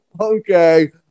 okay